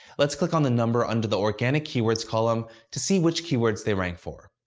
let's click on the number under the organic keywords column to see which keywords they rank for.